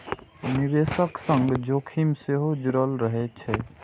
निवेशक संग जोखिम सेहो जुड़ल रहै छै